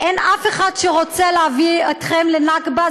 אין אף אחד שרוצה להביא אתכם לנכבה,